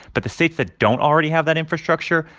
but the states that don't already have that infrastructure,